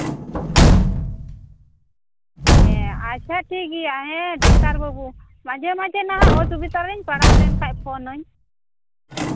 ᱦᱮᱸ ᱟᱪᱪᱷᱟ ᱴᱷᱤᱠᱜᱮᱭᱟ ᱦᱮᱸ ᱰᱟᱠᱛᱟᱨ ᱵᱹᱟᱵᱩ ᱢᱟᱡᱷᱮ ᱢᱟᱡᱷᱮ ᱱᱟᱦᱟᱜ ᱚᱥᱩᱵᱤᱛᱟ ᱨᱤᱧ ᱯᱟᱲᱟᱣ ᱞᱮᱱ ᱠᱷᱟᱱ ᱯᱷᱳᱱᱟᱹᱧ